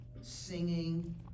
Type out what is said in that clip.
singing